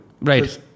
Right